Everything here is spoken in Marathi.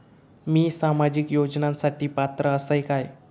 मी सामाजिक योजनांसाठी पात्र असय काय?